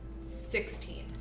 Sixteen